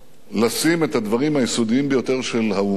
לשים את הדברים היסודיים ביותר של האומה